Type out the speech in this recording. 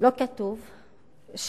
לא כתוב,